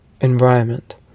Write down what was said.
environment